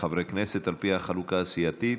לחברי הכנסת, על פי החלוקה הסיעתית.